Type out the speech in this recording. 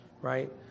Right